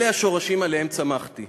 אלה השורשים שעליהם צמחתי.